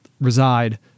reside